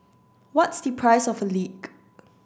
what's the price of a leak